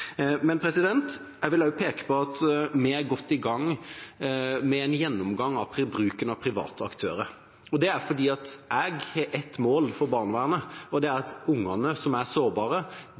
Men jeg vil også peke på at vi er godt i gang med en gjennomgang av bruken av private aktører. Det er fordi jeg har ett mål for barnevernet, og det er at ungene som er sårbare,